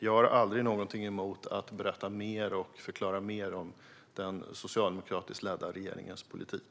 Jag har aldrig någonting emot att berätta mer och förklara mer om den socialdemokratiskt ledda regeringens politik.